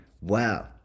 wow